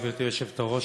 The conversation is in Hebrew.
גברתי היושבת-ראש,